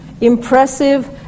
impressive